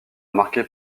marquée